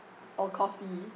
or coffee